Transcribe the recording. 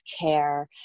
care